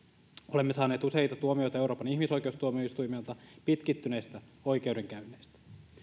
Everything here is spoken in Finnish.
olemme saaneet useita tuomioita euroopan ihmisoikeustuomioistuimelta pitkittyneistä oikeudenkäynneistä